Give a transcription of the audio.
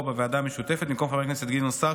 בוועדה המשותפת במקום חבר הכנסת גדעון סער,